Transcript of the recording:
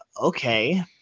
okay